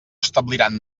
establiran